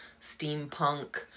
steampunk-